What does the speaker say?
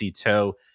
Toe